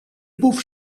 boef